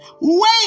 Wait